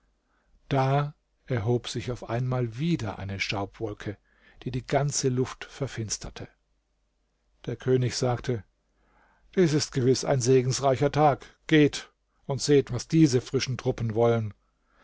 da erhob sich auf einmal wieder eine staubwolke die die ganze luft verfinsterte der könig sagte dies ist gewiß ein segensreicher tag geht und seht was diese frischen truppen wollen